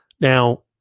Now